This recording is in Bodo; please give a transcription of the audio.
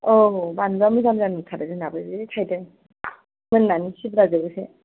औ बानलुया मोजां मोजां दंथारो जोंनाबो जि थायदों मोननानै सिरिलाजोबोसो